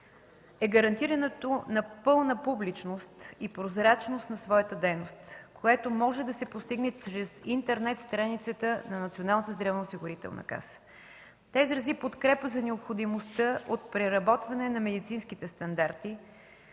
е гарантирането на пълна публичност и прозрачност на своята дейност, което може да се постигне чрез интернет страницата на Националната здравноосигурителна каса. Тя изрази подкрепа за необходимостта от преработване на медицинските стандарти